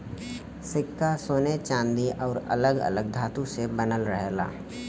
सिक्का सोने चांदी आउर अलग अलग धातु से बनल रहेला